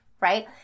right